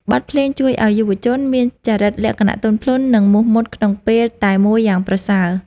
បទភ្លេងជួយឱ្យយុវជនមានចរិតលក្ខណៈទន់ភ្លន់ និងមោះមុតក្នុងពេលតែមួយយ៉ាងប្រសើរ។